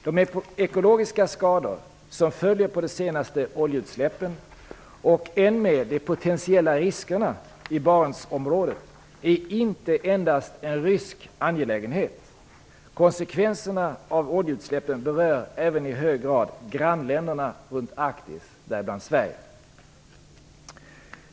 De ekologiska skador som följer på de senaste oljeutsläppen och än mer de potentiella riskerna i Barentsområdet är inte endast en rysk angelägenhet. Konsekvenserna av oljeutsläppen berör även i hög grad grannländerna runt Arktis, och däribland Sverige.